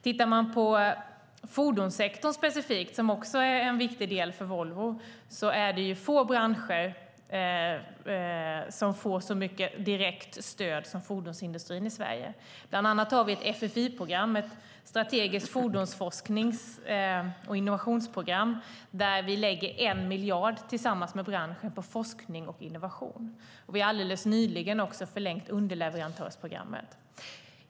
När det gäller fordonssektorn, som är en viktig del för Volvo, är det få branscher som får så mycket direkt stöd som fordonsindustrin i Sverige. Bland annat har vi ett FFI-program, ett program för strategisk fordonsforskning och innovation, där vi lägger 1 miljard tillsammans med branschen på forskning och innovation. Vi har alldeles nyligen förlängt underleverantörsprogrammet.